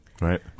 Right